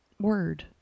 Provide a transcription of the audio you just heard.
word